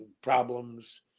problems